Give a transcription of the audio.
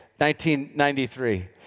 1993